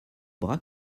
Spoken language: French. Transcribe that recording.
bras